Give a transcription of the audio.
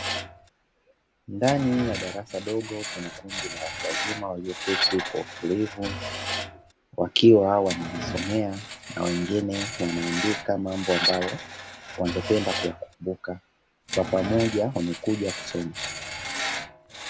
Ndani ya darasa dogo kuna kundi la watu wazima walioketi kwa utulivu, wakiwa wanajisomea na wengine wanaandika mambo ambayo wangependa kuyakumbuka, kwa pamoja wamekuja kusoma.